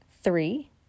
three